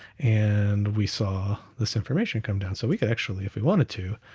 and we saw this information come down. so we could actually, if we wanted to,